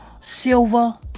silver